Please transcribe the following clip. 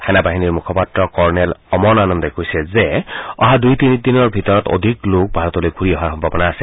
সেনা বাহিনীৰ মুখপাত্ৰ কৰ্নেল অমন আনন্দে কৈছে যে অহা দুই তিনিদিনৰ ভিতৰত অধিক লোক ভাৰতলৈ ঘূৰি অহাৰ সম্ভাৱনা আছে